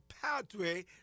pathway